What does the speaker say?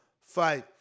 fight